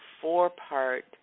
four-part